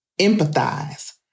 empathize